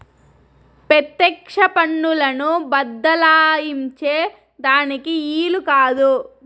పెత్యెక్ష పన్నులను బద్దలాయించే దానికి ఈలు కాదు